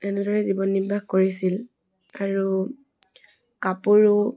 এনেদৰে জীৱন নিৰ্বাহ কৰিছিল আৰু কাপোৰো